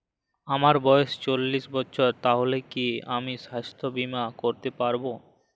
আমার বয়স চল্লিশ বছর তাহলে কি আমি সাস্থ্য বীমা করতে পারবো?